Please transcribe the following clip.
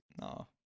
No